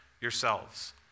yourselves